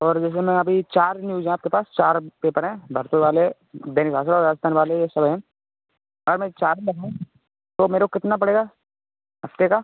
sir देखो ना अभी चार न्यूज़ हैं आपके पास चार पेपर हैं भरतपुर वाले बिल राजस्थान वाले ये सब हैं हाँ मैं चार में हूँ तो मेरे को कितना पड़ेगा हफ्ते का